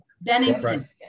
Bennington